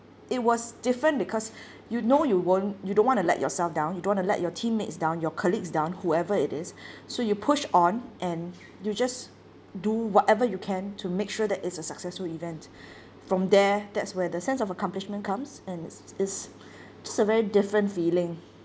it was different because you know you won't you don't want to let yourself down you don't want to let your teammates down your colleagues down whoever it is so you push on and you just do whatever you can to make sure that it's a successful event from there that's where the sense of accomplishment comes and it's is just a very different feeling